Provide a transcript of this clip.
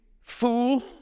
Fool